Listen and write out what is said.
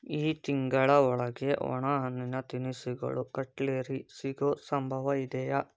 ಈ ತಿಂಗಳ ಒಳಗೆ ಒಣಹಣ್ಣಿನ ತಿನಿಸುಗಳು ಕಟ್ಲೆರಿ ಸಿಗೋ ಸಂಭವ ಇದೆಯೇ